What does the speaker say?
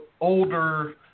older